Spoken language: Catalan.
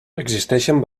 existeixen